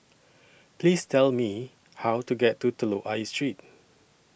Please Tell Me How to get to Telok Ayer Street